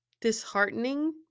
disheartening